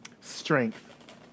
Strength